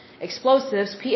explosives